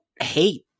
hate